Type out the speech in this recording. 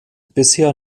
bisher